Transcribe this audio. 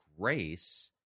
grace